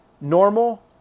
Normal